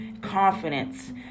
confidence